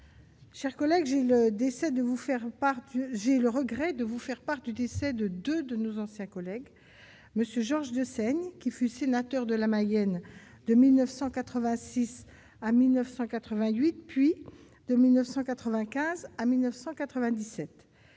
réserves d'usage. J'ai le regret de vous faire part du décès de nos anciens collègues Georges Dessaigne, qui fut sénateur de la Mayenne de 1986 à 1988 puis de 1995 à 1997,